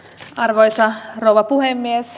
arvoisa rouva puhemies